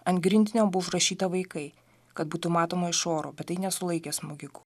ant grindinio buvo užrašyta vaikai kad būtų matoma iš oro bet tai nesulaikė smogikų